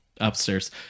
Upstairs